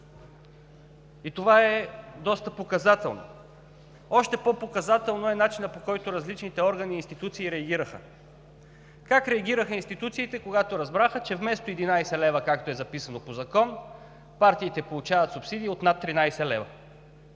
И това е доста показателно. Още по-показателен е начинът, по който различните органи и институции реагираха. Как реагираха институциите, когато разбраха, че вместо 11 лв., както е записано по закон, партиите получават субсидии от над 13 лв.?